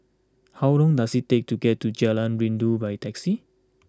how long does it take to get to Jalan Rindu by taxi